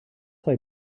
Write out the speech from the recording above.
why